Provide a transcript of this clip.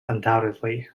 undoubtedly